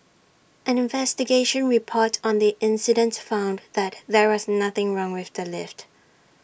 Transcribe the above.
an investigation report on the incident found that there was nothing wrong with the lift